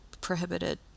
prohibited